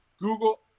Google